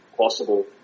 possible